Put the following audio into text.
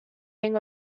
hang